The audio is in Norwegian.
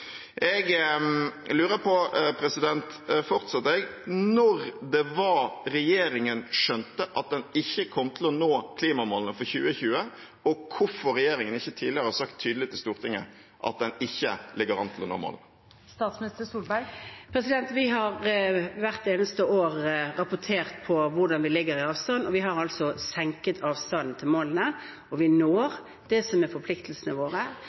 Jeg lurer fortsatt på når det var regjeringen skjønte at man ikke kom til å nå klimamålene for 2020, og hvorfor regjeringen ikke tidligere har sagt tydelig til Stortinget at man ikke ligger an til å nå målene. Vi har hvert eneste år rapportert hvordan vi ligger an i avstand, og vi har altså senket avstanden til målene. Vi når det som er forpliktelsene våre,